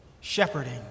shepherding